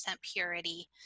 purity